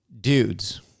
dudes